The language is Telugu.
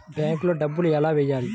బ్యాంక్లో డబ్బులు ఎలా వెయ్యాలి?